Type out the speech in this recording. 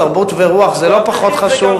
תרבות ורוח, זה לא פחות חשוב.